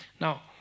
Now